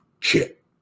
chip